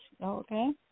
okay